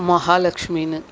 மஹாலக்ஷ்மின்னு